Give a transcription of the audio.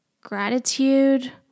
gratitude